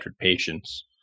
patients